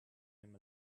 him